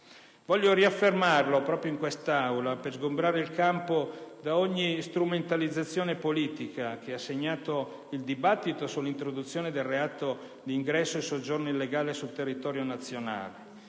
Voglio riaffermarlo proprio in quest'Aula, per sgombrare il campo da ogni strumentalizzazione politica che ha segnato il dibattito sull'introduzione del reato di ingresso e soggiorno illegale sul territorio nazionale,